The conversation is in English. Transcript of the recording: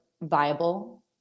viable